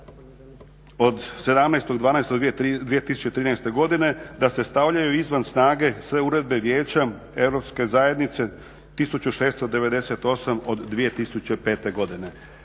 od 17.12.2013. godine, da se stavljaju izvan snage sve uredbe Vijeća Europske zajednice 1698 od 2005. godine.